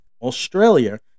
Australia